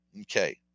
Okay